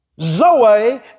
zoe